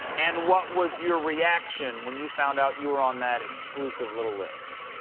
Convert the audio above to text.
and what was your reaction when you found out you were on that exclusive little list?